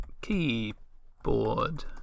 Keyboard